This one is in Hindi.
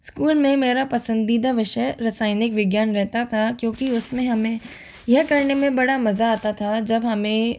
स्कूल में मेरा पसंदीदा विषय रसायनिक विज्ञान रेहता था क्योंकि उसमें हमें यह करने में बड़ा मजा आता था जब हमें